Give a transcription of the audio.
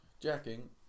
Jacking